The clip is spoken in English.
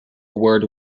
word